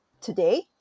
Today